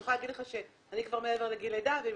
אני יכולה להגיד לך שאני כבר מעבר לגיל לידה ואם